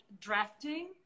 drafting